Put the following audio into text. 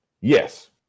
Yes